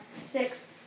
six